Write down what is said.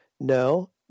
No